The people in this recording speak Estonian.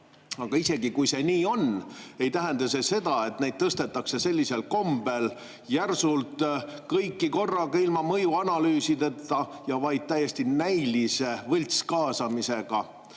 Aga isegi kui see nii on, ei tähenda see seda, et neid tõstetakse sellisel kombel, järsult, kõiki korraga, ilma mõjuanalüüsideta ja vaid täiesti näilise võltskaasamisega.